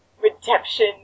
Redemption